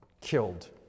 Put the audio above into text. killed